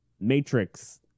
Matrix